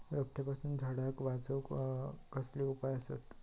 रोट्यापासून झाडाक वाचौक कसले उपाय आसत?